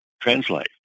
Translate